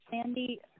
Sandy